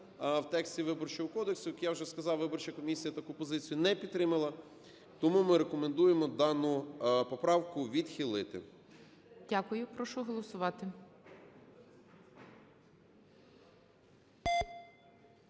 в тексті Виборчого кодексу. Як я вже сказав, виборча комісія таку позицію не підтримала, тому ми рекомендуємо дану поправку відхилити. ГОЛОВУЮЧИЙ. Дякую. Прошу голосувати.